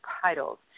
titles